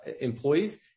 employees